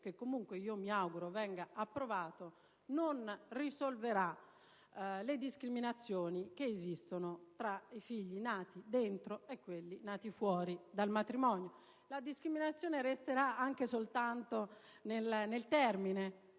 che comunque mi auguro venga approvato, non risolverà le discriminazioni che esistono tra i figli nati dentro e i figli nati fuori dal matrimonio. La discriminazione resterà anche soltanto nei termini: